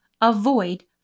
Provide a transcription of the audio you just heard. avoid